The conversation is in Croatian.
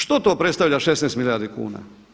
Što to predstavlja 16 milijardi kuna?